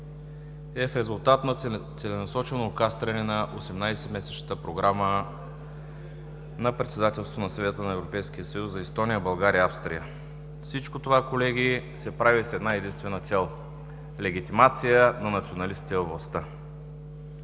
е в резултат на целенасочено окастряне на 18-месечната програма на председателството на Съвета на Европейския съюз за Естония – България – Австрия. Всичко това, колеги, се прави с една-единствена цел – легитимация на националистите във властта.